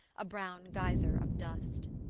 a brown geyser of dust.